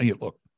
look